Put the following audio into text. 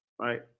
Right